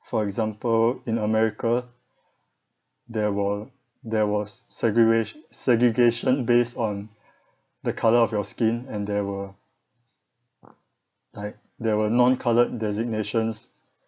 for example in america there were there was segrega~ segregation based on the colour of your skin and there were like there were non-coloured designations